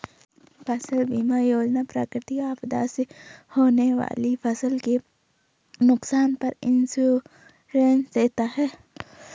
फसल बीमा योजना प्राकृतिक आपदा से होने वाली फसल के नुकसान पर इंश्योरेंस देता है